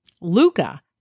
Luca